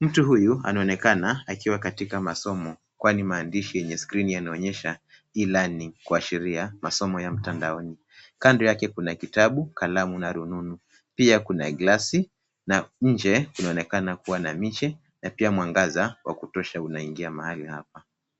Mtu huyu anaonekana akiwa katika masomo, kwani maandishi ya skrini yanaonyesha e-learning kuashiria masomo ya mtandaoni. Kando yake kuna kitabu, kalamu na rununu. Pia kuna gilasi na nje kunaonekana kuwa na miche na pia mwangaza wa kutosha unaingia mahala hapa.